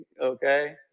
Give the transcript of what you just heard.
Okay